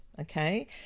okay